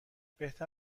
بهتر